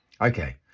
Okay